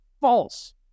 false